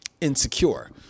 Insecure